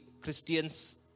Christians